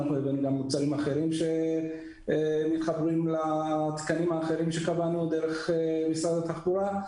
הבאנו גם מוצרים אחרים שמתחברים לתקנים האחרים שקבענו דרך משרד התחבורה,